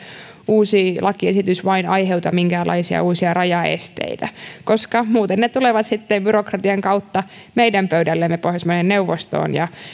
uusi lakiesitys nyt vain aiheuta minkäänlaisia uusia rajaesteitä koska muuten ne tulevat sitten byrokra tian kautta meidän pöydällemme pohjoismaiden neuvostoon